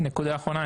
נקודה אחרונה,